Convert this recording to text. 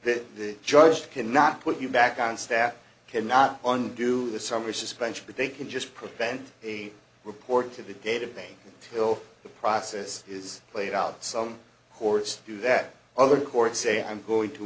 that the judge can not put you back on staff cannot undo the summer suspension but they can just prevent a report to the databank will the process is played out some courts do that other courts say i'm going to